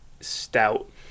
stout